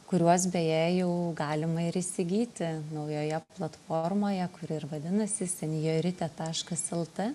kuriuos beje jau galima ir įsigyti naujoje platformoje kuri ir vadinasi senjorita taškas lt